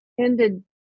ended